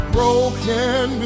Broken